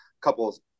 couple